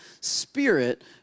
spirit